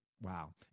Wow